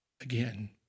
again